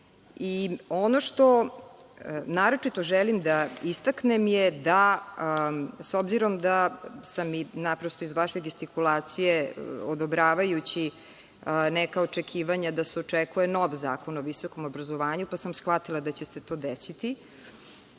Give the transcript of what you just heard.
što naročito želim da istaknem je da, s obzirom da sam iz vaše gestikulacije, odobravajući neka očekivanja da se očekuje nov zakon o visokom obrazovanju, pa sam shvatila da će se to desiti,